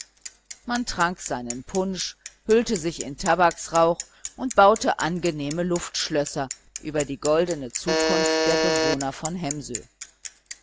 man trank seinen punsch hüllte sich in tabaksrauch und baute angenehme luftschlösser über die goldene zukunft der bewohner voll hemsö